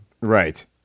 Right